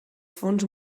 fons